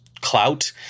clout